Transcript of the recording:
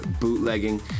bootlegging